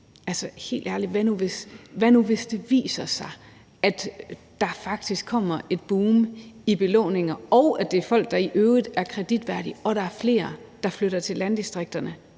hvad nu, hvis det viser sig, at der faktisk kommer et boom i belåninger, og at det er folk, der i øvrigt er kreditværdige, og at der er flere, der flytter til landdistrikterne?